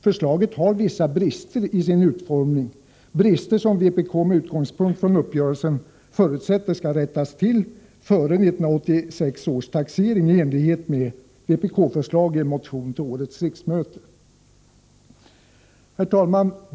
Förslaget har vissa brister i sin utformning, brister som vpk med utgångspunkt i uppgörelsen förutsätter skall rättas till före 1986 års taxering, i enlighet med vpk-förslag i en motion till årets riksmöte. Herr talman!